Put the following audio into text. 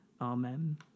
Amen